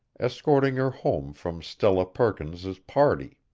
escorting her home from stella perkins's party.